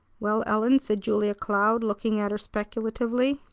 well, ellen, said julia cloud, looking at her speculatively,